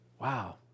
Wow